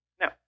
No